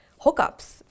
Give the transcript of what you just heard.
hookups